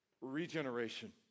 regeneration